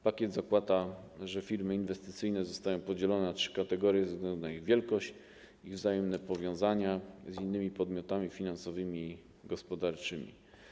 Pakiet zakłada, że firmy inwestycyjne zostają podzielone na trzy kategorie ze względu na ich wielkość i wzajemne powiązania z innymi podmiotami finansowymi, gospodarczymi.